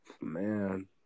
Man